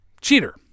Cheater